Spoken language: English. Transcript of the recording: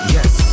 Yes